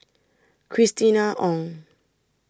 Christina Ong